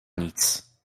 nic